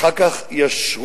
אחר כך ישְרות.